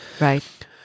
Right